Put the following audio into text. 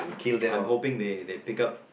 I'm hoping they they take up